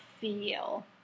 feel